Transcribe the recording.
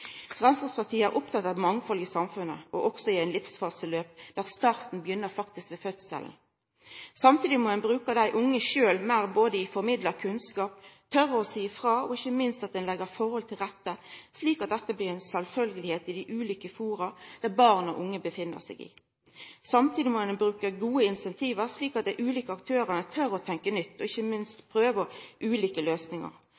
Framstegspartiet er oppteke av eit mangfald i samfunnet og også i eit livsfaseløp der starten faktisk begynner ved fødselen. Samtidig må ein bruka dei unge sjølve meir, både i det å formidla kunnskap og tore å seia ifrå, og ikkje minst må ein leggja forholda til rette slik at dette blir ei sjølvfølgje i dei ulike fora der barn og unge er. Samtidig må ein bruka gode incentiv slik at dei ulike aktørane tør å tenkja nytt og ikkje